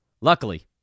Luckily